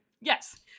Yes